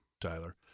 Tyler